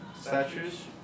statues